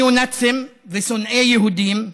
ניאו-נאצים ושונאי יהודים,